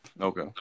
Okay